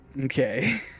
Okay